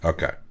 Okay